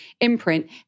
imprint